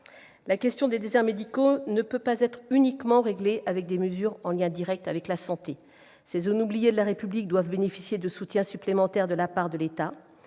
La question des déserts médicaux ne peut pas être entièrement réglée par des mesures directement liées à la santé. Ces zones oubliées de la République doivent bénéficier de soutiens supplémentaires de la part de l'État.